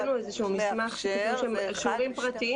אנחנו קיבלנו איזשהו מסמך שכתוב שם שיעורים פרטיים